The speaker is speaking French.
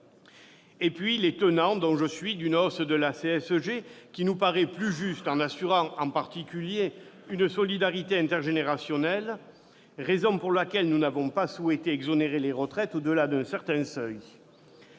trouvent les tenants, dont je suis, d'une hausse de la CSG. Cette mesure nous paraît plus juste ; en particulier, elle garantit une solidarité intergénérationnelle, raison pour laquelle nous n'avons pas souhaité exonérer les retraites au-delà d'un certain seuil.